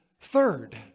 third